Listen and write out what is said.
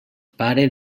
pare